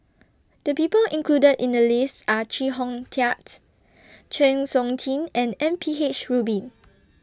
The People included in The list Are Chee Hong Tat Chng Seok Tin and M P H Rubin